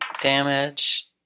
Damage